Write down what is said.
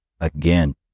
again